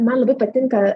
man labai patinka